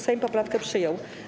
Sejm poprawkę przyjął.